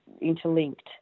interlinked